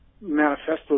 manifestos